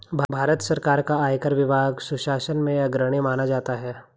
भारत सरकार का आयकर विभाग सुशासन में अग्रणी माना जाता है